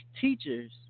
teachers